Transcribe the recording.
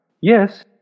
Yes